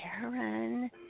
Karen